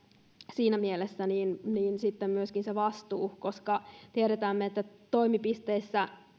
siinä mielessä on sitten myöskin se vastuu koska tiedetään että toimipisteissä ihmisillä